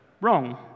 wrong